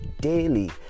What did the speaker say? daily